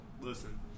Listen